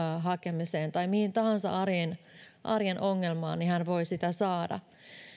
hakemiseen tai mihin tahansa arjen arjen ongelmaan niin hän voi sitä saada